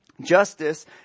Justice